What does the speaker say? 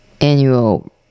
annual